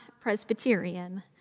Presbyterian